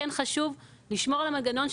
כן חשוב לשמור על המנגנון,